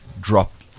drop